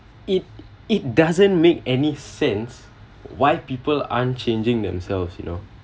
it it doesn't make any sense why people unchanging themselves you know